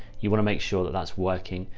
you want to make sure that that's working,